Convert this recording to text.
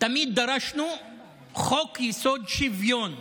תמיד דרשנו חוק-יסוד: שוויון.